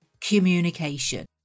communication